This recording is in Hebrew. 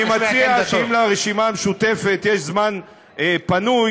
אני מציע שאם לרשימה המשותפת יש זמן פנוי,